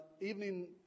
evening